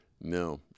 No